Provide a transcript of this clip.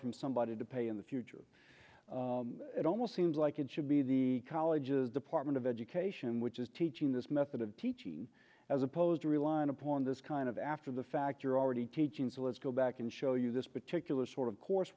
from somebody to pay in the future it almost seems like it should be the college's department of education which is teaching this method of teaching as opposed to relying upon this kind of after the fact you're already teaching so let's go back and show you this particular sort of course